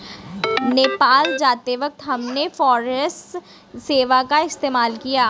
नेपाल जाते वक्त हमने फॉरेक्स सेवा का इस्तेमाल किया था